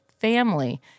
family